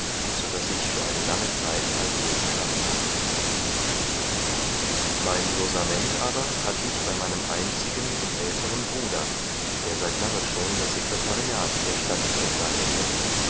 so daß ich für eine lange zeit allhier zu schaffen hatte mein losament aber hatte ich bei meinem einzigen und älteren bruder der seit lange schon das secretariat der stadt bekleidete